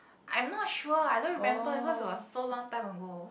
I'm not sure I don't remember because it was so long time ago